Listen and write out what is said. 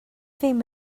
ddim